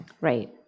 Right